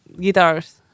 guitars